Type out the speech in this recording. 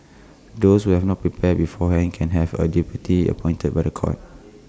those who have not prepared beforehand can have A deputy appointed by The Court